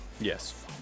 Yes